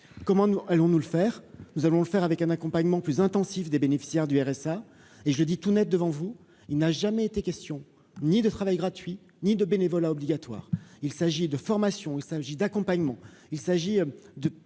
comment nous allons nous le faire, nous allons le faire avec un accompagnement plus intensif des bénéficiaires du RSA et je le dis tout net devant vous, il n'a jamais été question ni de travail gratuit ni de bénévolat obligatoire, il s'agit de formation, il s'agit d'accompagnement, il s'agit de